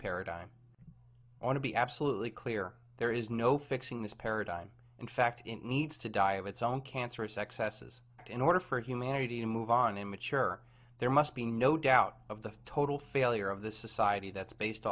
paradigm ought to be absolutely clear there is no fixing this paradigm in fact it needs to die of its own cancerous excesses in order for humanity to move on and mature there must be no doubt of the total failure of the society that's based